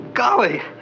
Golly